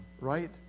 right